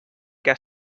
que